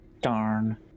Darn